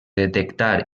detectar